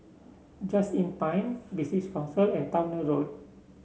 Just Inn Pine British Council and Towner Road